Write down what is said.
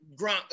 Gronk